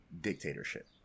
dictatorship